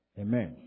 Amen